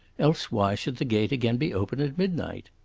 else why should the gate again be open at midnight?